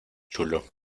chulo